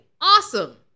Awesome